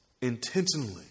intentionally